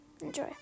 Enjoy